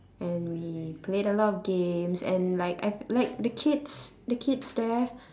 and we played a lot of games and like I like the kids the kids there